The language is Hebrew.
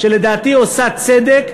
שלדעתי עושה צדק,